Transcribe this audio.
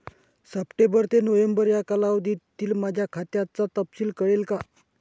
September ते नोव्हेंबर या कालावधीतील माझ्या खात्याचा तपशील कळेल का?